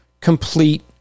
complete